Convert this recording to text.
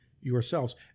yourselves